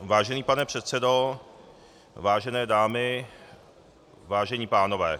Vážený pane předsedo, vážené dámy, vážení pánové.